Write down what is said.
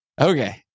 Okay